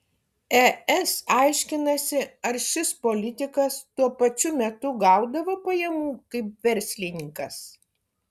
es aiškinasi ar šis politikas tuo pačiu metu gaudavo pajamų kaip verslininkas